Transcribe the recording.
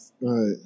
Right